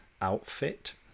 outfit